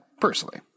personally